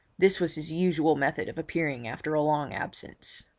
this was his usual method of appearing after a long absence.